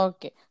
Okay